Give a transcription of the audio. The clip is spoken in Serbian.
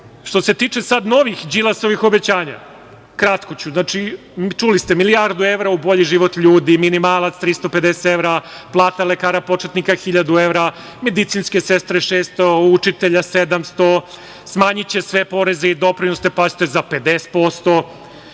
se tiče sad novih Đilasovih obećanja, kratko ću. Znači, čuli ste, milijardu evra u bolji život ljudi, minimalac 350 evra, plata lekara početnika 1.000 evra, medicinske sestre 600 evra, učitelja 700 evra, smanjiće se porezi i doprinosi, pazite, za 50%...